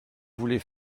voulez